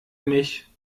mich